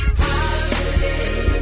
positive